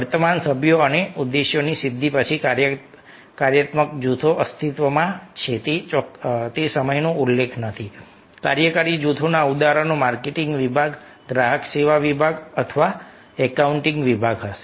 વર્તમાન લક્ષ્યો અને ઉદ્દેશ્યોની સિદ્ધિ પછી કાર્યાત્મક જૂથો અસ્તિત્વમાં છે તે સમયનો ઉલ્લેખ નથી કાર્યકારી જૂથોના ઉદાહરણો માર્કેટિંગ વિભાગ ગ્રાહક સેવા વિભાગ અથવા એકાઉન્ટિંગ વિભાગ હશે